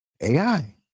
AI